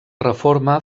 reforma